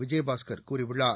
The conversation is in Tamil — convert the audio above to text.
விஜயபாஸ்கர் கூறியுள்ளார்